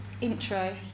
intro